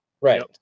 Right